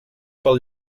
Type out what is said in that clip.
pel